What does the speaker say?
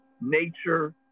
nature